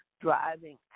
driving